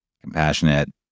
compassionate